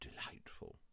delightful